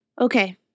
Okay